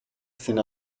στην